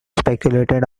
speculated